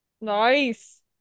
nice